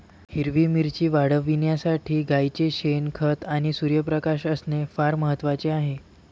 हिरवी मिरची वाढविण्यासाठी गाईचे शेण, खत आणि सूर्यप्रकाश असणे फार महत्वाचे आहे